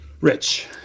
Rich